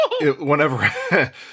whenever